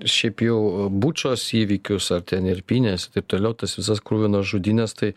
šiaip jau bučos įvykius ar ten erpinės ir taip toliau tas visas kruvinas žudynes tai